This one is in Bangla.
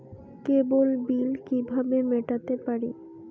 কেবল বিল কিভাবে মেটাতে পারি?